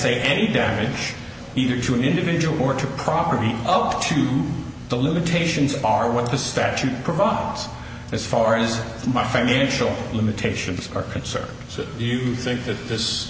say any damage either to an individual or to property up to the limitations are what the statute provides as far as my financial limitations are concerned so if you think that this